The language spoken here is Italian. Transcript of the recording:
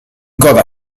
coda